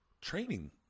training